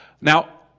Now